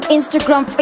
Instagram